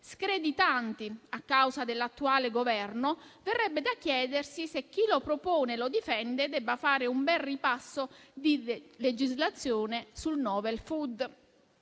screditanti a causa dell'attuale Governo, verrebbe da chiedersi se chi lo propone e lo difende debba fare un bel ripasso di legislazione sul *novel food*.